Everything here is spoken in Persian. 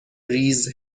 ریز